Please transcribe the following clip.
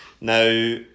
Now